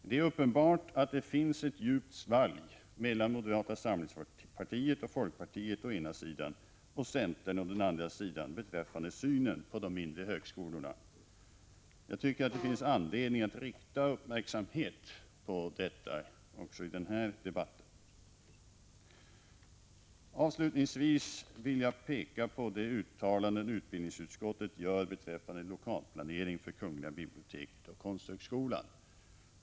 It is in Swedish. Det är uppenbart att det finns ett djupt svalg mellan moderata samlingspartiet och folkpartiet å ena sidan och centern å andra sidan beträffande synen på de mindre högskolorna. Jag tycker att det finns anledning att rikta uppmärksamhet på detta också i den här debatten. Avslutningsvis vill jag peka på de uttalanden utbildningsutskottet gör beträffande lokalplanering för kungl. biblioteket och konsthögskolan.